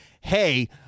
hey